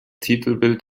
titelbild